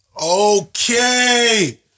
Okay